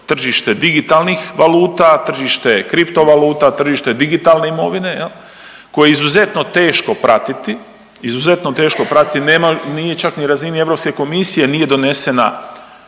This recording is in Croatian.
tržište digitalnih valuta, tržište kripto valuta, tržište digitalne imovine koje je izuzetno teško pratiti, izuzetno teško pratiti, nema, nije čak ni u razini Europske komisije nije donesena